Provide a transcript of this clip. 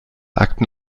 akten